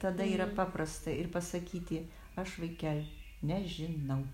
tada yra paprasta ir pasakyti aš vaikel nežinau